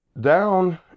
down